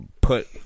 put